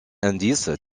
indice